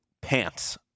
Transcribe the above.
pants